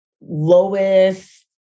lowest